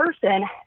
person